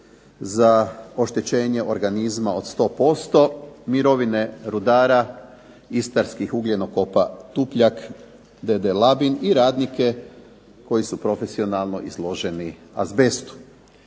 za oštećenje organizma od 100%, mirovine rudara, istarskih ugljenokopa "Tupljak" d.d. Labin i radnike koji su profesionalno izloženi azbestu.